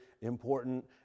important